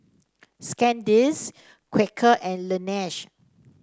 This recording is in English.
Sandisk Quaker and Laneige